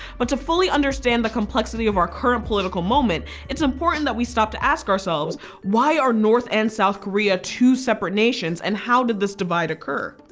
but to fully understand the complexity of our current political moment it's important that we stop to ask ourselves why are north korea and south korea two separate nations and how did this divide occur?